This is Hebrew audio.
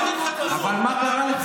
אבל מה קרה לך?